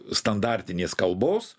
standartinės kalbos